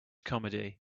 comedy